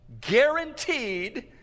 guaranteed